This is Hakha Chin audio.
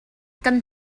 kan